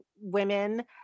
women